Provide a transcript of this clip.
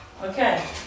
okay